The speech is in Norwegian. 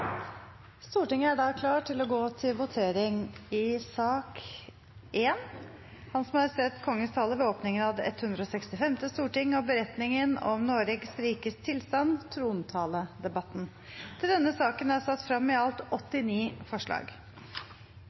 Stortinget er da klar til å gå til votering. Under debatten er det satt frem i alt 89 forslag.